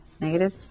Negative